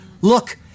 Look